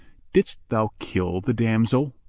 didst thou kill the damsel?